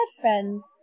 friends